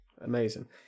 amazing